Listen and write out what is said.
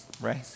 right